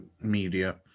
media